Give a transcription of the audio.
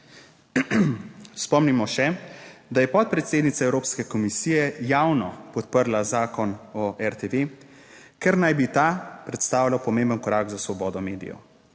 Spomnimo še, da je podpredsednica Evropske komisije javno podprla Zakon o RTV, ker naj bi ta predstavlja pomemben korak za 46.